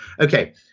Okay